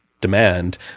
demand